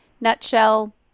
nutshell